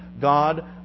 God